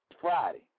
Friday